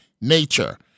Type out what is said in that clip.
nature